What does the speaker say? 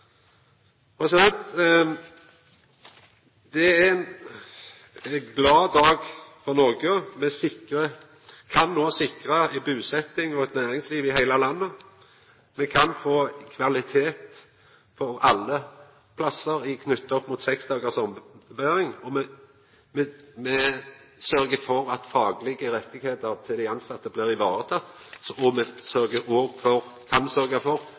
er ein glad dag for Noreg. Me kan no sikra busetjing og eit næringsliv i heile landet. Me kan få kvalitet for alle plassar, knytt til seks dagars omdeling av post. Me sørgjer for at faglege rettar til dei tilsette blir varetekne, og me kan sørgja for